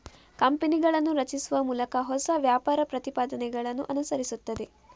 ಕಂಪನಿಗಳನ್ನು ರಚಿಸುವ ಮೂಲಕ ಹೊಸ ವ್ಯಾಪಾರ ಪ್ರತಿಪಾದನೆಗಳನ್ನು ಅನುಸರಿಸುತ್ತದೆ